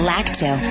Lacto